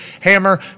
hammer